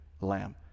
lamb